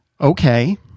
Okay